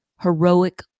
heroic